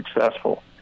successful